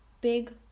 big